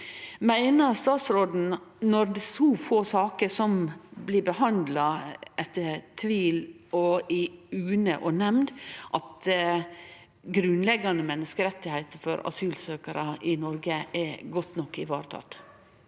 Meiner stasråden, når det er så få saker som blir behandla etter tvil i UNE og nemnd, at grunnleggjande menneskerettar for asylsøkjarar i Noreg er godt nok varetekne?